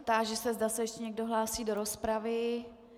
Táži se, zda se ještě někdo hlásí do rozpravy.